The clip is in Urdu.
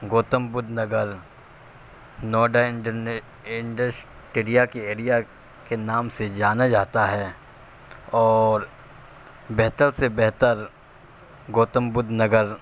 گوتم بدھ نگر نوئیڈا انڈسٹیریا ایریا کے نام سے جانا جاتا ہے اور بہتر سے بہتر گوتم بدھ نگر